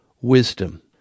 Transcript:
wisdom